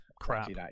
crap